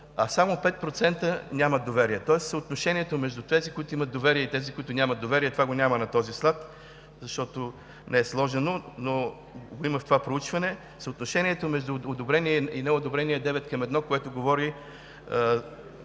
а само 5% нямат доверие. Тоест съотношението между тези, които имат доверие, и онези, които нямат – това го няма на този слайд, не е сложено, но го има в това проучване, съотношението между одобрение и неодобрение е 9:1, което говори